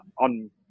on